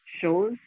shows